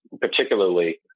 Particularly